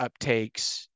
uptakes